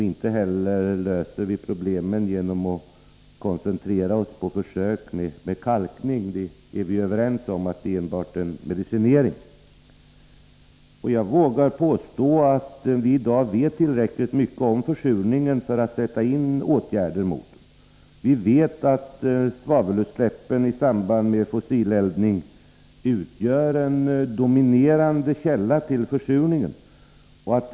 Inte heller löser vi problemen genom att koncentrera oss på försök med kalkning. Vi är ju överens om att det är enbart en medicinering. Jag vågar påstå att vi i dag vet tillräckligt mycket om försurningen för att kunna sätta in åtgärder mot den. Vi vet att svavelutsläppen i samband med fossileldning utgör en dominerande källa till försurning.